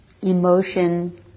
emotion